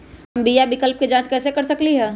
हम बीमा विकल्प के जाँच कैसे कर सकली ह?